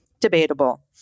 debatable